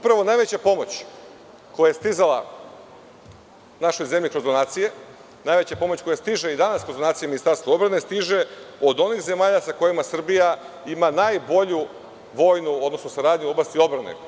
Podsetiću da najveća pomoć koja je stizala u našu zemlju kroz donacije, najveća pomoć koja stiže kroz donacije Ministarstvu odbrane, stiže od onih zemalja sa kojima Srbija ima najbolju vojnu, odnosno saradnju u oblasti odbrane.